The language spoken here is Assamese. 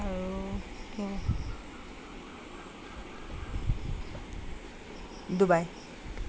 আৰু ত ডুবাই